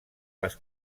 les